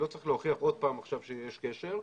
לכן לא צריך להוכיח עוד פעם עכשיו שיש קשר.